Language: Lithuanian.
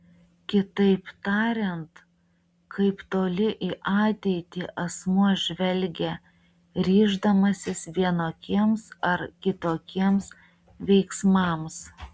kitaip tariant kaip toli į ateitį asmuo žvelgia ryždamasis vienokiems ar kitokiems veiksmams